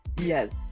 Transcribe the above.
Yes